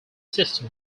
system